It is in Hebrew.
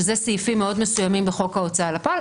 שאלה סעיפים מאוד מסוימים בחוק ההוצאה לפועל,